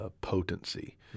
potency